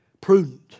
prudent